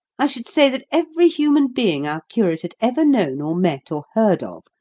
i should say that every human being our curate had ever known or met, or heard of,